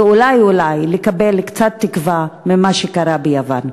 ואולי אולי לקבל קצת תקווה ממה שקרה ביוון.